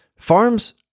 Farms